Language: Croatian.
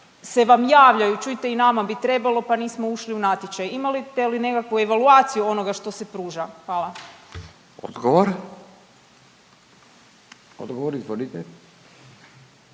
se vam javljaju čujte i nama bi trebalo pa nismo ušli u natječaj. Imate li nekakvu evaluaciju onoga što se pruža? Hvala. **Radin, Furio